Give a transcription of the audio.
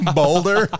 boulder